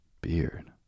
Beard